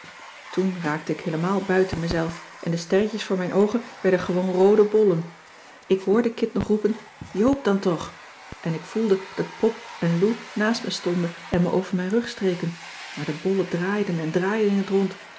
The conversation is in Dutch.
toen raakte ik heelemaal buiten mezelf en de sterretjes voor mijn oogen werden gewoon roode bollen cissy van marxveldt de h b s tijd van joop ter heul ik hoorde kit nog roepen joop dan toch en ik voelde dat pop en lou naast me stonden en me over mijn rug streken maar de bollen draaiden en draaiden in t rond